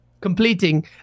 completing